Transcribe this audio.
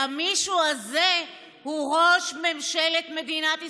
והמישהו הזה הוא ראש ממשלת מדינת ישראל.